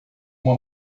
uma